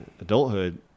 adulthood